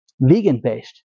vegan-based